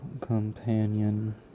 companion